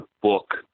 book